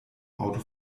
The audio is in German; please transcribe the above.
auto